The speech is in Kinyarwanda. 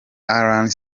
alan